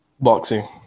Boxing